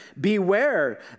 beware